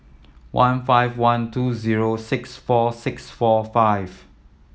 one five one two zero six four six four five